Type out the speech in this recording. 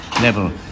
level